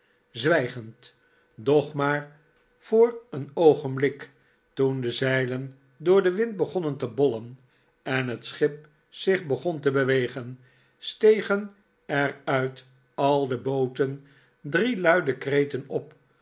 doch maar voor een oogenblik toen de zeilen door den wind begonnen te bollen en het schip zich begon te bewegen stegen er uit al de booten drie luide kreten op